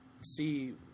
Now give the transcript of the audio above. see